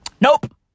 Nope